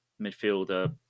midfielder